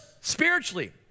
spiritually